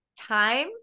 Time